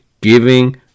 giving